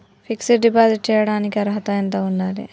Fix డ్ deposit చేయటానికి అర్హత ఎంత ఉండాలి?